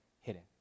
hidden